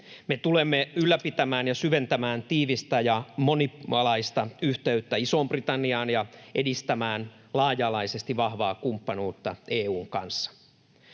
Me tulemme ylläpitämään ja syventämään tiivistä ja monialaista yhteyttä Isoon-Britanniaan ja edistämään laaja-alaisesti vahvaa kumppanuutta EU:n kanssa.